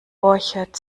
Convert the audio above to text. borchert